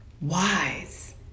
wise